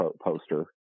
poster